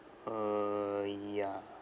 uh ya